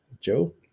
Joe